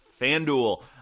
FanDuel